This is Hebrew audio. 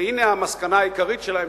והנה המסקנה העיקרית שלהם,